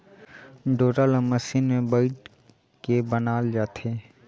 डोरा ल मसीन मे बइट के बनाल जाथे